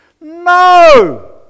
No